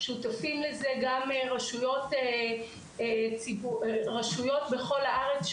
שותפים לזה גם רשויות בכל הארץ,